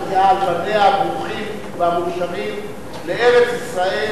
על בניה הברוכים והמאושרים בארץ-ישראל,